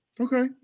Okay